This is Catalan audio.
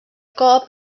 cop